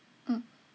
mm